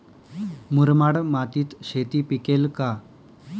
मुरमाड मातीत शेती पिकेल का?